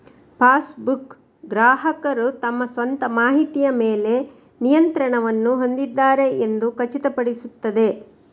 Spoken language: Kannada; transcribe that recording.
ಪಾಸ್ಬುಕ್, ಗ್ರಾಹಕರು ತಮ್ಮ ಸ್ವಂತ ಮಾಹಿತಿಯ ಮೇಲೆ ನಿಯಂತ್ರಣವನ್ನು ಹೊಂದಿದ್ದಾರೆ ಎಂದು ಖಚಿತಪಡಿಸುತ್ತದೆ